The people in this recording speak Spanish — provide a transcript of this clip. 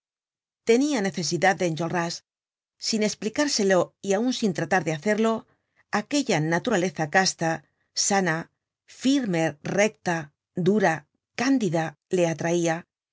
tenia necesidad de enjolras sin esplicárselo y aun sin tratar de hacerlo aquella naturaleza casta sana firme recta dura cándida le atraia